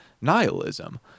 nihilism